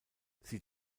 sie